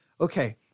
Okay